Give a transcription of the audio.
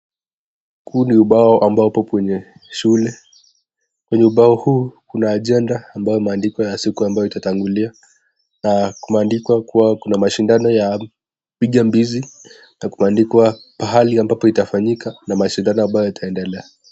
Huu ni ubao ambapo kwenye shule kwenye ubao huu kuna ajenda ambayo imeandikwa ya siku ambayo itatangulia, na imendikwa kuwa kuna mashindano ya piga mpizi na imendikwa pahali ambao itafanyika na mashindano ambayo itaendelea.